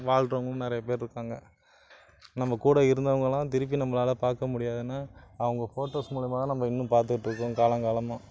வாழ்கிறவுங்களும் நிறையா பேர் இருக்காங்க நம்ம கூட இருந்தவங்களலாம் திருப்பி நம்மளால் பார்க்க முடியாதுன்னு அவங்க ஃபோட்டோஸ் மூலமாக தான் நம்ம இன்னும் பார்த்துட்ருக்கோம் காலம் காலமாக